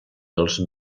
els